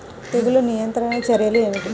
తెగులు నియంత్రణ చర్యలు ఏమిటి?